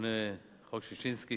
המכונה "חוק ששינסקי",